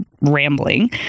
rambling